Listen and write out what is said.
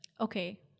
Okay